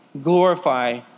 Glorify